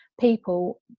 people